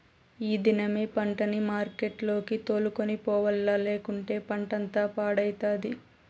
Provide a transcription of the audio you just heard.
ఈ దినమే పంటని మార్కెట్లకి తోలుకొని పోవాల్ల, లేకంటే పంటంతా పాడైతది